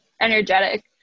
energetic